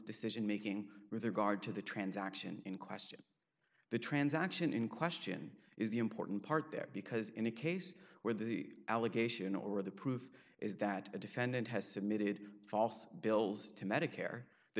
decision making with regard to the transaction in question the transaction in question is the important part there because in a case where the allegation or the proof is that the defendant has submitted false bills to medicare the